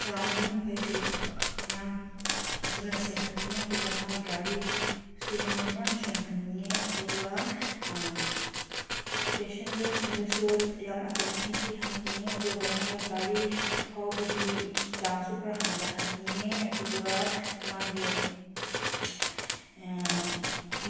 ꯁꯔꯥꯎꯟꯗꯤꯡ ꯃꯈꯩꯁꯨ ꯌꯥꯝ ꯐꯖꯅ ꯁꯦꯡꯍꯟꯅꯤꯡꯉꯤ ꯑꯗꯨꯒ ꯃꯥꯏ ꯒꯥꯔꯤꯁꯨ ꯌꯥꯎꯅ ꯌꯥꯝ ꯁꯦꯡꯍꯟꯅꯤꯡꯉꯤ ꯑꯗꯨꯒ ꯄꯦꯁꯦꯟꯖꯔꯁꯤꯡꯗꯁꯨ ꯌꯥꯝ ꯑꯦꯇꯦꯟꯁꯟ ꯄꯤꯍꯟꯅꯤꯡꯉꯤ ꯑꯗꯨꯒ ꯃꯥꯏ ꯒꯥꯔꯤ ꯊꯧꯕꯒꯤ ꯆꯥꯡꯁꯨ ꯈꯔ ꯍꯟꯊꯍꯟꯅꯤꯡꯉꯤ ꯑꯗꯨꯒ ꯃꯥꯒꯤ